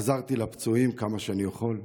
עזרתי לפצועים כמה שאני יכול.